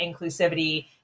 inclusivity